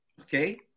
Okay